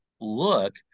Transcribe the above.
look